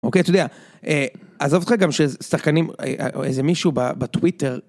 אוקיי, אתה יודע, עזוב אותך גם שיש שחקנים או איזה מישהו בטוויטר.